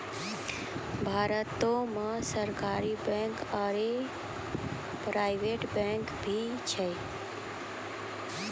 भारतो मे सरकारी बैंक आरो प्राइवेट बैंक भी छै